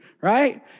right